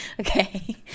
Okay